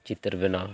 ᱪᱤᱛᱟᱹᱨ ᱵᱮᱱᱟᱣ